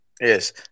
Yes